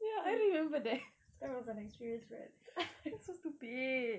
kan that was an experience friend